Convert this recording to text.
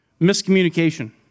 Miscommunication